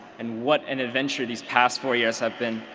and what an adventure these past four years have been.